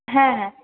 হ্যাঁ হ্যাঁ